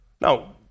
Now